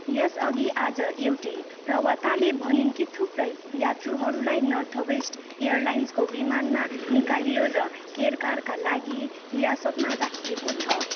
यसअघि आज एउटी प्रवक्ताले भनिन् कि थुप्रै यात्रुहरूलाई नर्थवेस्ट एयरलाइन्सको विमानमा निकालियो र केरकारका लागि हिरासतमा राखिएको छ